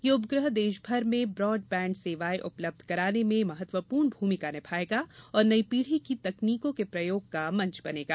यह उपग्रह देशभर में ब्रॉडबैंड सेवाएं उपलब्ध कराने में महत्वपूर्ण भूमिका निभाएगा और नई पीढ़ी की तकनीको के प्रयोग का मंच बनेगा